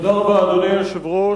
תודה רבה, אדוני היושב-ראש.